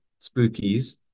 spookies